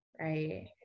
right